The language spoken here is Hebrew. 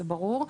זה ברור,